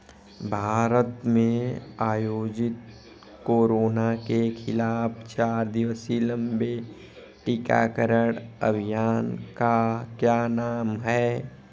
भारत में आयोजित कोरोना के खिलाफ चार दिवसीय लंबे टीकाकरण अभियान का क्या नाम है?